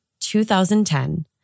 2010